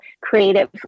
creative